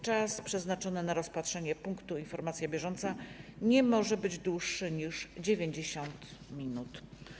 Czas przeznaczony na rozpatrzenie punktu: Informacja bieżąca nie może być dłuższy niż 90 minut.